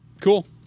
Cool